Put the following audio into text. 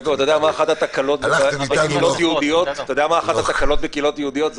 יעקב, אתה יודע מה אחת התקלות בקהילות יהודיות?